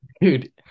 dude